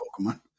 Pokemon